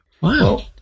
Wow